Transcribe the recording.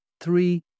three